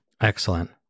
Excellent